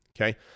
Okay